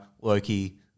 loki